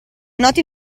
noti